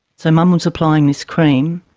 so mum was applying this cream,